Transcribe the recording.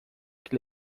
que